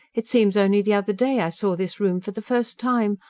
it seems only the other day i saw this room for the first time.